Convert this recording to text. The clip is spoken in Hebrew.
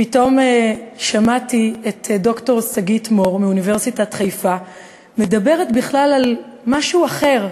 פתאום שמעתי את ד"ר שגית מור מאוניברסיטת חיפה מדברת בכלל על משהו אחר,